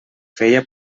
feia